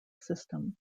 system